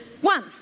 One